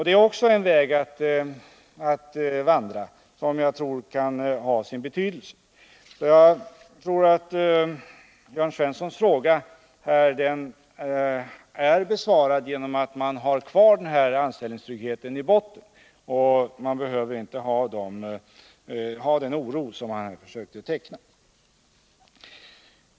Det är också en väg att vandra som jag tror kan ha sin betydelse. Jag tror att Jörn Svenssons fråga är besvarad genom mitt besked att man alltid har den lagliga anställningstryggheten som grund. Man behöver alltså inte hysa den oro som Jörn Svensson försökte ge en bild av.